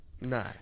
no